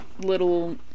little